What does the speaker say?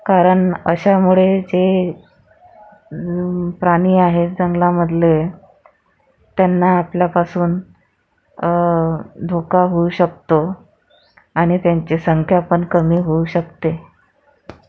कारण अशामुळे जे प्राणी आहेत जंगलामधले त्यांना आपल्यापासून धोका होऊ शकतो आणि त्यांची संख्यापण कमी होऊ शकते